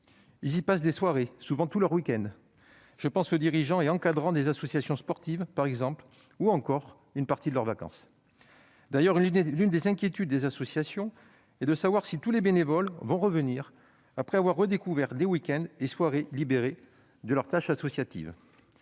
y passent des soirées et, souvent, tous leurs week-ends- je pense aux dirigeants et encadrants des associations sportives, par exemple -ou encore une partie de leurs vacances. D'ailleurs, l'une des inquiétudes des associations porte sur le retour des bénévoles qui auront redécouvert les week-ends et soirées libres de tâches associatives